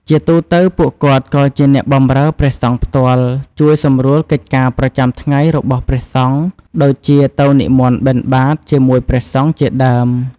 ជាទូទៅពួកគាត់ក៏ជាអ្នកបម្រើព្រះសង្ឃផ្ទាល់ ជួយសម្រួលកិច្ចការប្រចាំថ្ងៃរបស់ព្រះសង្ឃ ដូចជាទៅនិមន្តបិណ្ឌបាតជាមួយព្រះសង្ឃជាដើម។